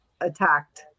attacked